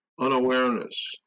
unawareness